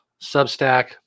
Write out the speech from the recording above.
Substack